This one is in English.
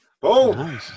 Boom